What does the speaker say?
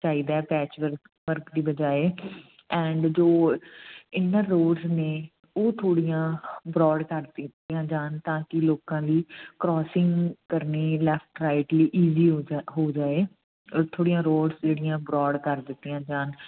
ਚਾਹੀਦਾ patch work ਦੀ ਬਜਾਇ ਐਂਡ ਜੋ ਇੰਨਾਂ ਰੋਡਸ ਨੇ ਉਹ ਥੋੜ੍ਹੀਆਂ ਬਰੋਡ ਕਰ ਦਿੱਤੀਆਂ ਜਾਣ ਤਾਂ ਕੀ ਲੋਕਾਂ ਦੀ ਕਰੋਸਿੰਗ ਕਰਨੀ ਲੈਫਟ ਰਾਈਟ ਲਈ ਈਜ਼ੀ ਹੋ ਜੇ ਹੋ ਜਾਏ ਔਰ ਥੋੜ੍ਹੀਆਂ ਰੋਡ ਜਿਹੜੀਆਂ ਬਰੋਡ ਕਰ ਦਿੱਤੀਆਂ ਜਾਣ